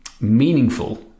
meaningful